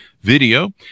video